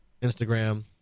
Instagram